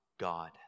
God